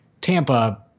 Tampa